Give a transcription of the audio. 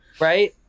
Right